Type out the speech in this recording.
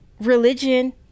religion